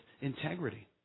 integrity